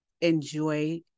enjoy